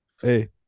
Hey